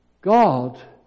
God